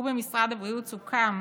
ובמשרד הבריאות סוכם